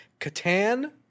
Catan